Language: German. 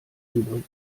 übrig